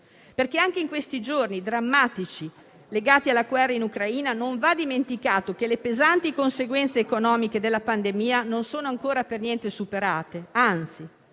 perché anche in questi giorni drammatici, legati alla guerra in Ucraina, non va dimenticato che le pesanti conseguenze economiche della pandemia non sono ancora per niente superate. Anzi.